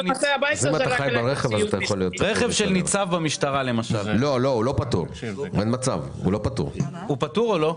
של ניצב במשטרה למשל פטור או לא?